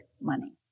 money